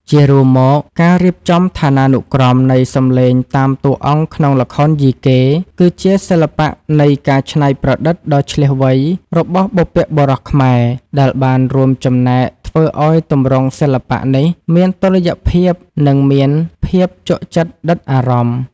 ជារួមមក ការរៀបចំឋានានុក្រមនៃសំឡេងតាមតួអង្គក្នុងល្ខោនយីកេ គឺជាសិល្បៈនៃការច្នៃប្រឌិតដ៏ឈ្លាសវៃរបស់បុព្វបុរសខ្មែរ ដែលបានរួមចំណែកធ្វើឱ្យទម្រង់សិល្បៈនេះមានតុល្យភាព និងមានភាពជក់ចិត្តដិតអារម្មណ៍។